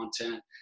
content